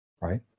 right